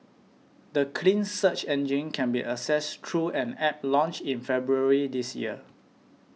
the clean search engine can be accessed through an App launched in February this year